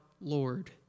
Lord